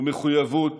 מחויבות